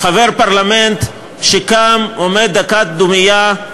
חבר פרלמנט שקם, עומד דקת דומייה,